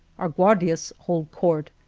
our guardias hold court,